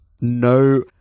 no